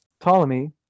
Ptolemy